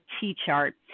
T-chart